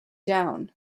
down